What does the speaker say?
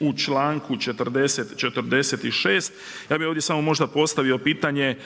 u članku 46. ja bi možda ovdje samo postavio pitanje